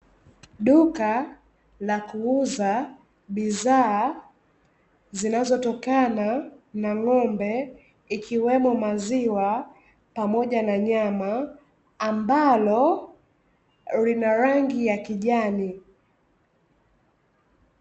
Duka la kuuza bidhaa zinazotokana na ng'ombe, ikiwemo maziwa pamoja na nyama, ambalo lina rangi ya kijani.